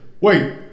Wait